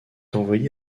envoyé